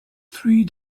three